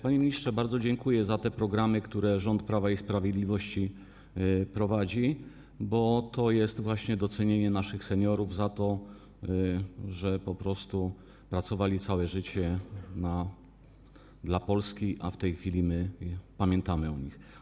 Panie ministrze, bardzo dziękuję za te programy, które rząd Prawa i Sprawiedliwości prowadzi, bo to świadczy właśnie o docenieniu naszych seniorów za to, że po prostu pracowali całe życie dla Polski, o tym, że w tej chwili pamiętamy o nich.